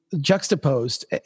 juxtaposed